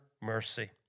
mercy